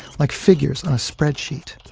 like figures on a spreadsheet,